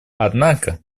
однако